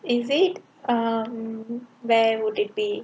is it um where would it be